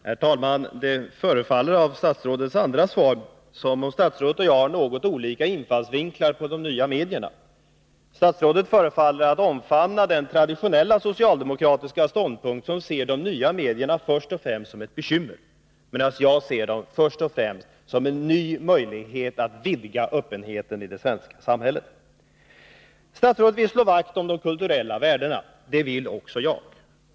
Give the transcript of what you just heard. Herr talman! Det förefaller av statsrådets andra svar som om statsrådet och jag har något olika infallsvinklar i synen på de nya medierna. Statsrådet verkar omfatta den traditionella socialdemokratiska ståndpunkt som ser de nya medierna först och främst som ett bekymmer, medan jag ser dem först och främst som en ny möjlighet att vidga öppenheten i det svenska samhället. Statsrådet vill slå vakt om de kulturella värdena. Det vill också jag.